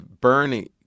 Bernie